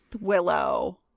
Willow